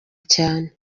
cyane